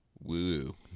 Woo